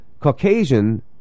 Caucasian